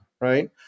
right